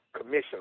commission